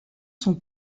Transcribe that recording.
son